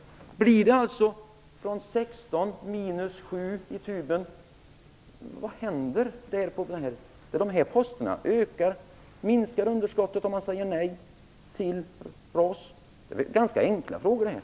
Blir det från 16 minus 7 inom TUB? Vad händer med dessa poster? Minskar underskottet om man säger nej till RAS? Det är väl ganska enkla frågor det här.